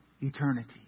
eternity